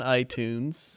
itunes